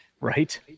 Right